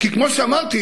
כי כמו שאמרתי,